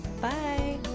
Bye